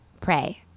pray